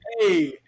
Hey